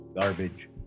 garbage